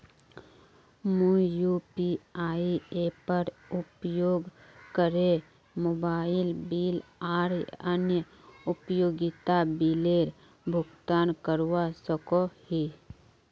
मुई यू.पी.आई एपेर उपयोग करे मोबाइल बिल आर अन्य उपयोगिता बिलेर भुगतान करवा सको ही